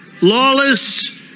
lawless